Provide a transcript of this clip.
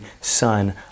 Son